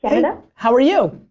hey, and how are you?